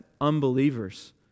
unbelievers